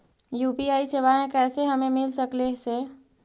UPI सेवाएं कैसे हमें मिल सकले से?